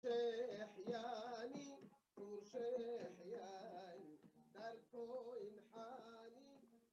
שהחייני, הוא שהחייני, דרכו הנחני